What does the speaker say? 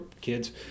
kids